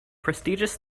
prestigious